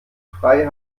frei